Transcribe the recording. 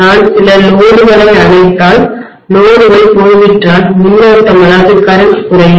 நான் சில சுமைகளைலோடுகளை அணைத்தால் சுமைகள்லோடுகள் போய்விட்டால் மின்னோட்டம் கரண்ட்குறையும்